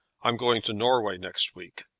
i'm going to norway next week.